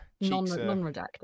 Non-redacted